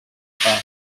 car